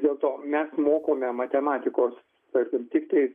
dėl to mes mokome matematikos tarkim tiktai